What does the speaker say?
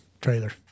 trailer